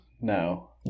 No